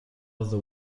other